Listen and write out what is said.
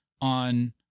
on